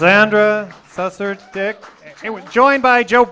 sandra joined by joe